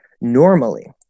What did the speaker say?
normally